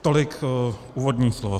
Tolik úvodní slovo.